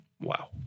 Wow